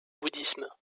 bouddhisme